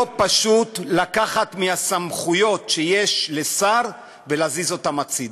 לא פשוט לקחת מהסמכויות שיש לשר ולהזיז אותן הצדה,